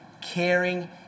caring